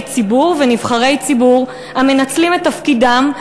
ציבור ונבחרי ציבור המנצלים את תפקידם,